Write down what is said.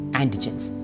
antigens